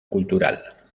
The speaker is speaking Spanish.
cultural